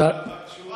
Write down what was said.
אבל בשורה